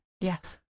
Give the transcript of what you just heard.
Yes